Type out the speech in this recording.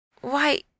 Why